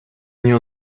nie